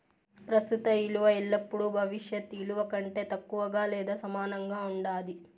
ప్రస్తుత ఇలువ ఎల్లపుడూ భవిష్యత్ ఇలువ కంటే తక్కువగా లేదా సమానంగా ఉండాది